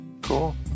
cool